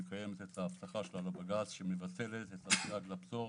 שמקיימת את ההבטחה שלה לבג"צ שמבטלת את הסייג לפטור